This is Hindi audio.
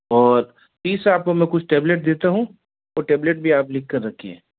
और तीसरा आप को मैं कुछ टेबलेट देता हूँ वो टेबलेट भी आप लिख कर रखिए